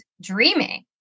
dreaming